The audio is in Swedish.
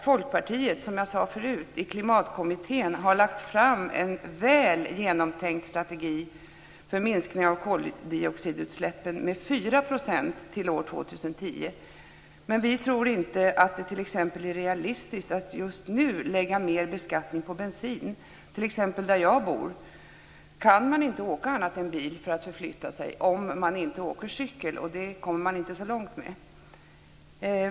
Folkpartiet har i Klimatkommittén, som jag sade förut, lagt fram en väl genomtänkt strategi för minskning av koldioxidutsläppen med 4 % till år 2010. Men vi tror t.ex. inte att det är realistiskt att just nu lägga mer beskattning på bensin. Där t.ex. jag bor kan man inte åka annat än bil för att förflytta sig om man inte åker cykel, och det kommer man inte så långt med.